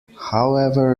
however